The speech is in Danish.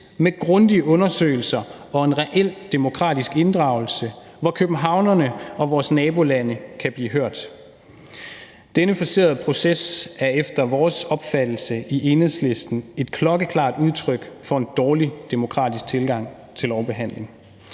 med grundige undersøgelser og en reel demokratisk inddragelse, hvor københavnerne og vores nabolande kan blive hørt. Denne forcerede proces er efter vores opfattelse i Enhedslisten et klokkeklart udtryk for en dårlig demokratisk tilgang til lovbehandling,